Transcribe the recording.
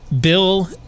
Bill